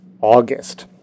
August